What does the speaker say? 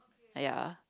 !aiya!